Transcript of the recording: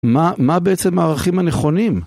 מה בעצם הערכים הנכונים?